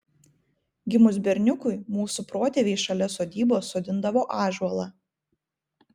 gimus berniukui mūsų protėviai šalia sodybos sodindavo ąžuolą